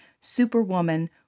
superwoman